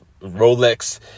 Rolex